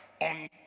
on